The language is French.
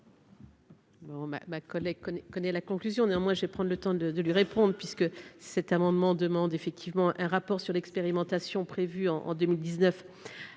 ma collègue, on connaît la conclusion, néanmoins je vais prendre le temps de de lui répondent, puisque cet amendement demande effectivement un rapport sur l'expérimentation prévue en 2019